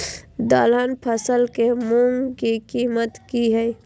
दलहन फसल के मूँग के कीमत की हय?